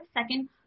second